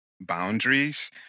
boundaries